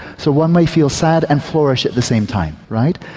so one may feel sad and flourish at the same time, right?